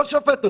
לא שופט אותו.